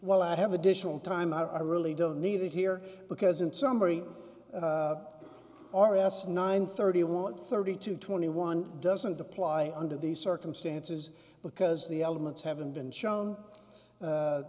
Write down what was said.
while i have additional time i really don't need it here because in summary r s nine thirty one thirty two twenty one doesn't apply under these circumstances because the elements haven't been shown